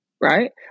Right